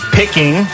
picking